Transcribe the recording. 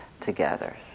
Together